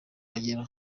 agera